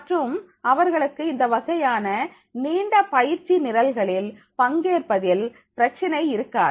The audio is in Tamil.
மற்றும் அவர்களுக்கு இந்த வகையான நீண்ட பயிற்சி நிழல்களில் பங்கேற்பதில் பிரச்சனை இருக்காது